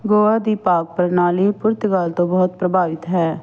ਗੋਆ ਦੀ ਪਾਕ ਪ੍ਰਣਾਲੀ ਪੁਰਤਗਾਲ ਤੋਂ ਬਹੁਤ ਪ੍ਰਭਾਵਿਤ ਹੈ